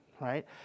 right